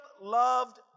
loved